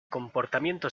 comportamiento